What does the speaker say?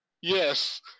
Yes